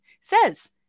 says